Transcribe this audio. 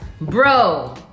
bro